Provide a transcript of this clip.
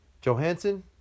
Johansson